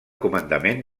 comandament